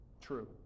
true